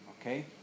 Okay